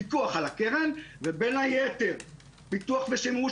פיקוח על הקרן ובין היתר פיתוח ושימוש